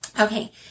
Okay